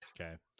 Okay